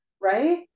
right